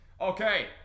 Okay